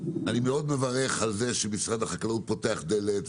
אני מאוד מברך על זה שמשרד החקלאות פותח דלת,